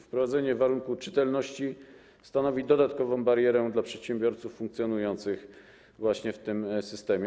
Wprowadzenie warunku czytelności stanowi dodatkową barierę dla przedsiębiorców funkcjonujących właśnie w tym systemie.